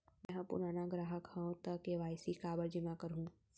मैं ह पुराना ग्राहक हव त के.वाई.सी काबर जेमा करहुं?